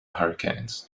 hurricanes